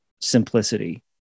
simplicity